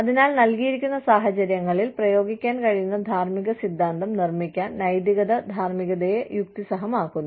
അതിനാൽ നൽകിയിരിക്കുന്ന സാഹചര്യങ്ങളിൽ പ്രയോഗിക്കാൻ കഴിയുന്ന ധാർമ്മിക സിദ്ധാന്തം നിർമ്മിക്കാൻ നൈതികത ധാർമ്മികതയെ യുക്തിസഹമാക്കുന്നു